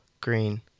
green